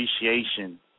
appreciation